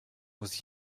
was